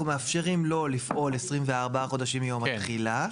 אנחנו מאפשרים לו לפעול 24 חודשים מיום התחילה.